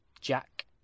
Jack